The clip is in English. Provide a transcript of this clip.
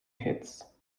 hits